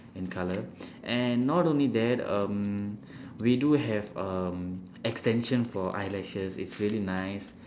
in colour and not only that um we do have um extension for eyelashes it's really nice